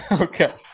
Okay